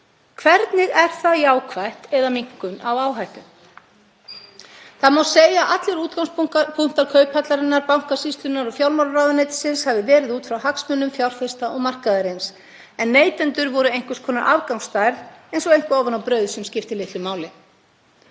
leyti er það jákvætt eða minnkun á áhættu? Það má segja að allir útgangspunktar Kauphallarinnar, Bankasýslunnar og fjármálaráðuneytisins hafi verið út frá hagsmunum fjárfesta og markaðarins, en neytendur voru einhvers konar afgangsstærð eins og eitthvað ofan á brauð sem skiptir litlu máli.